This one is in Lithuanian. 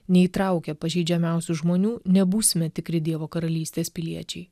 neįtraukia pažeidžiamiausių žmonių nebūsime tikri dievo karalystės piliečiai